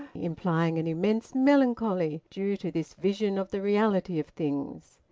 implying an immense melancholy due to this vision of the reality of things.